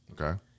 Okay